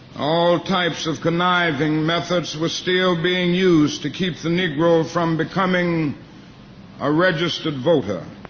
all types of conniving methods were still being used to keep the negro from becoming a registered voter.